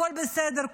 הכול בסדר,